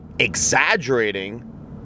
exaggerating